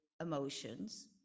emotions